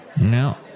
No